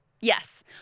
Yes